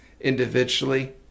individually